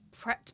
prepped